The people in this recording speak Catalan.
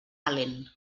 allen